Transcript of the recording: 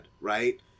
right